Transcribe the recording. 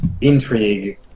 intrigue